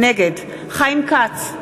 נגד חיים כץ,